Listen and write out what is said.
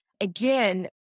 again